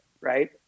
right